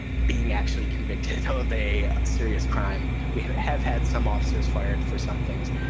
being actually convicted so of a serious crime. we have have had some officers fired for some things,